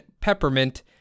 peppermint